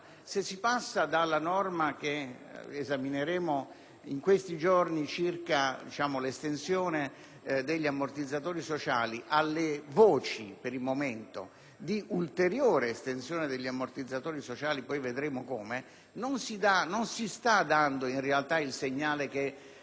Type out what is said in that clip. se si passa dalla norma che esamineremo in questi giorni circa l'estensione degli ammortizzatori sociali alle voci, per il momento, di ulteriore estensione degli ammortizzatori sociali - poi vedremo come -, non si sta dando in realtà il segnale che